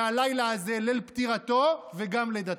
שהלילה הזה הוא ליל פטירתו וגם לידתו.